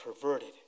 perverted